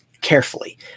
carefully